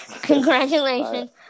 Congratulations